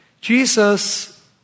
Jesus